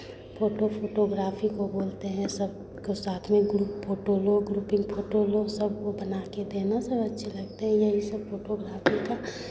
photo photography को बोलते हैं सबको साथ में ग्रुप फोटो लो ग्रुपिंग फोटो लो सबको बना के देना सब अच्छे लगते हैं यही सब फोटोग्राफ़ी का